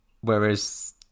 whereas